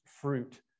fruit